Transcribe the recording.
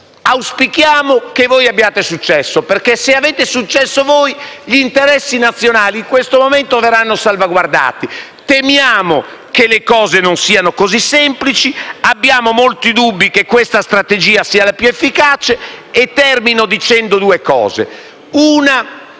auspichiamo che abbiate successo, perché se avete successo voi gli interessi nazionali in questo momento verranno salvaguardati. Temiamo però che le cose non siano così semplici e abbiamo molti dubbi che questa strategia sia la più efficace. Termino dicendo due cose.